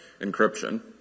encryption